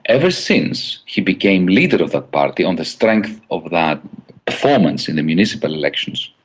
ever since he became leader of the party, on the strength of that performance in the municipal elections,